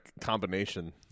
combination